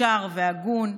ישר והגון,